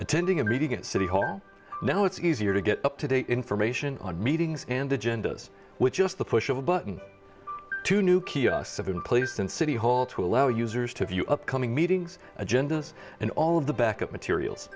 attending a meeting at city hall now it's easier to get up to date information on meetings and agendas with just the push of a button to new kiosks have been placed in city hall to allow users to view upcoming meetings agendas and all of the backup materials